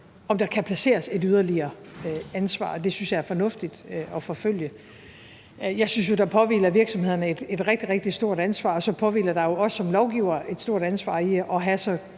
om der kan placeres et yderligere ansvar. Det synes jeg er fornuftigt at forfølge. Jeg synes jo, der påhviler virksomhederneet rigtig, rigtig stort ansvar, og så påhviler der jo os som lovgivere et stort ansvar i forhold